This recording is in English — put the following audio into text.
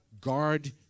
Guard